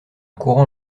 courant